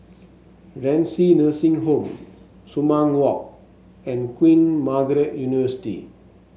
Renci Nursing Home Sumang Walk and Queen Margaret University